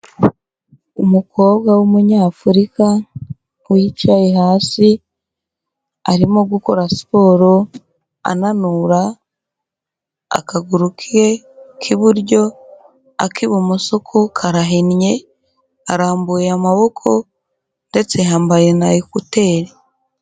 Umukobwa w'umunyafurika, wicaye hasi, arimo gukora siporo, ananura akaguru ke k'iburyo, ak'ibumoso ko karahinnye, arambuye amaboko, ndetse yambaye na ekuteri.